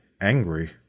angry